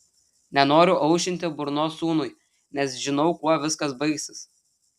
nenoriu aušinti burnos sūnui nes žinau kuo viskas baigsis